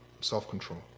self-control